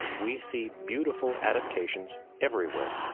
we see beautiful adaptations everywhere.